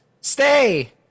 stay